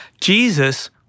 Jesus